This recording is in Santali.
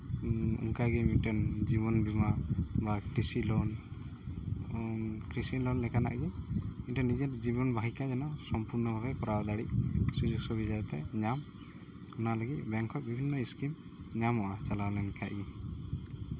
ᱚᱱᱠᱟᱜᱮ ᱢᱤᱫᱴᱟᱱ ᱡᱤᱵᱚᱱ ᱵᱤᱢᱟ ᱵᱟ ᱠᱨᱤᱥᱤ ᱞᱳᱱ ᱠᱨᱤᱥᱤ ᱞᱳᱱ ᱞᱮᱠᱟᱱᱟᱜ ᱜᱮ ᱢᱤᱫᱴᱮᱱ ᱱᱤᱡᱮᱨ ᱵᱟᱦᱤᱠᱟ ᱡᱮᱱᱚ ᱥᱚᱢᱯᱩᱨᱱᱚ ᱵᱷᱟᱵᱮ ᱠᱚᱨᱟᱣ ᱫᱟᱲᱮᱜ ᱥᱩᱡᱳᱜᱽ ᱥᱩᱵᱤᱫᱷᱟ ᱡᱟᱛᱮᱭ ᱧᱟᱢ ᱚᱱᱟ ᱞᱟᱹᱜᱤᱫ ᱵᱮᱝᱠ ᱠᱷᱚᱡ ᱵᱤᱵᱷᱤᱱᱱᱚ ᱥᱠᱤᱢ ᱧᱟᱢᱚᱜᱼᱟ ᱪᱟᱞᱟᱣ ᱞᱮᱱᱠᱷᱟᱡ ᱜᱮ